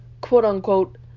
quote-unquote